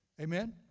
Amen